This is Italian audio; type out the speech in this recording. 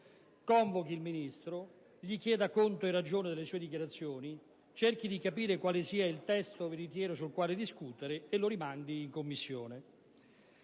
convochi il Ministro, gli chieda conto e ragione delle sue dichiarazioni, cerchi di capire quale sia il testo veritiero sul quale discutere, e lo rimandi in Commissione.